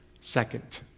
Second